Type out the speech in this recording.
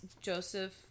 Joseph